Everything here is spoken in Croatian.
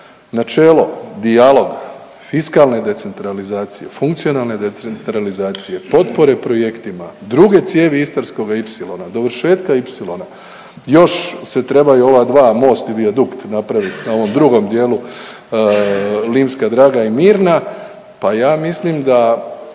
načelo dijaloga, fiskalne decentralizacije, funkcionalne decentralizacije, potpore projektima, druge cijevi Istarskoga ipsilona, dovršetka Ipsilona, još se trebaju ova dva, most i vijadukt napraviti na ovom drugom dijelu Limska draga i Mirna, pa ja mislim da,